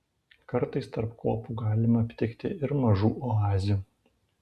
kartais tarp kopų galima aptikti ir mažų oazių